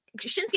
shinsuke